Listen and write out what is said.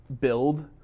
build